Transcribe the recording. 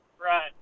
Right